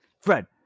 Fred